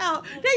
ah